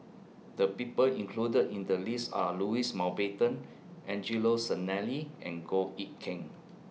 The People included in The list Are Louis Mountbatten Angelo Sanelli and Goh Eck Kheng